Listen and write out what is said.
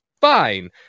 fine